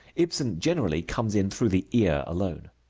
ibsen generally comes in through the ear alone.